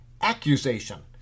accusation